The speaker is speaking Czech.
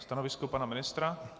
Stanovisko pana ministra?